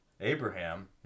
Abraham